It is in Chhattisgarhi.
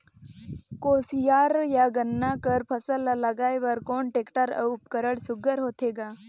कोशियार या गन्ना कर फसल ल लगाय बर कोन टेक्टर अउ उपकरण सुघ्घर होथे ग?